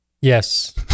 Yes